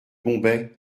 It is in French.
bombay